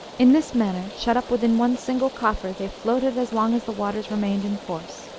in this manner, shut up within one single coffer, they floated as long as the waters remained in force.